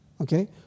Okay